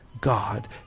God